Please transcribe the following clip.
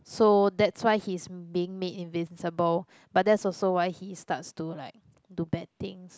so that's why he's being made invincible but that's also why he starts to like do bad things